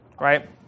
right